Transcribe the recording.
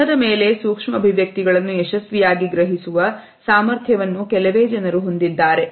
ಮುಖದ ಮೇಲೆ ಸೂಕ್ಷ್ಮ ಅಭಿವ್ಯಕ್ತಿಗಳನ್ನು ಯಶಸ್ವಿಯಾಗಿ ಗ್ರಹಿಸುವ ಸಾಮರ್ಥ್ಯವನ್ನು ಕೆಲವೇ ಜನರು ಹೊಂದಿದ್ದಾರೆ